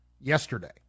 yesterday